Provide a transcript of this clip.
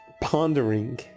pondering